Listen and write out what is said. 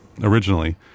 originally